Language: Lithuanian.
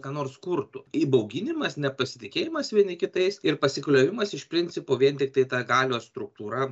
ką nors kurtų įbauginimas nepasitikėjimas vieni kitais ir pasikliovimas iš principo vien tiktai ta galios struktūra